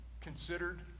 considered